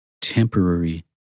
temporary